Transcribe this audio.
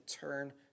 turn